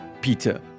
Peter